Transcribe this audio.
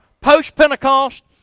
post-Pentecost